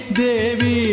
devi